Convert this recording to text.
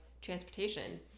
transportation